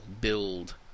build